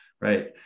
right